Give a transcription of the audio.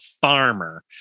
farmer